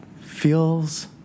feels